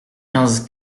quinze